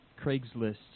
Craigslist